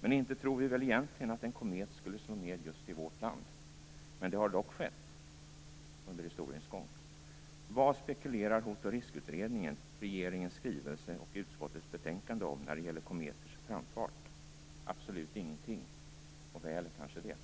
Men inte tror vi väl egentligen att en komet skulle slå ned just i vårt land? Det har dock skett under historiens gång. Vad spekulerar Hot och riskutredningen, regeringens skrivelse och utskottets betänkande om när det gäller kometers framfart? Absolut ingenting - och väl är kanske det.